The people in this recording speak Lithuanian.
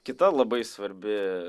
kita labai svarbi